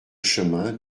chemin